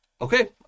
okay